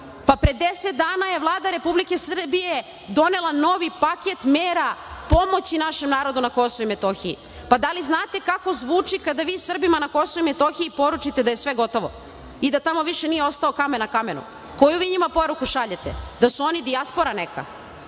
Pre deset dana je Vlada Republike Srbije donela novi paket mera pomoći našem narodu na KiM. Da li znate kako zvuči kada vi Srbima na KiM poručite da je sve gotovo i da tamo više nije ostao kamen na kamenu. Koju vi njima poruku šaljete? Da su oni dijaspora neka